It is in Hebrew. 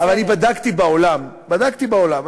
אבל אני בדקתי בעולם, בדקתי בעולם.